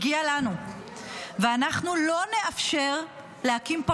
מגיע לנוף ואנחנו לא נאפשר להקים פה